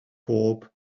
pob